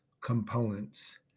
components